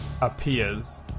appears